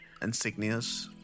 insignias